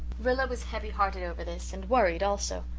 rilla was heavy-hearted over this, and worried also.